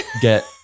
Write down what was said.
get